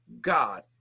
God